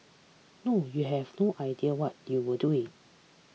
no you have no idea what you are doing